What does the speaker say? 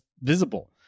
visible